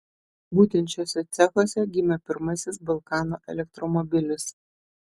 būtent šiuose cechuose gimė pirmasis balkanų elektromobilis